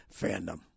fandom